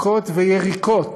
מכות ויריקות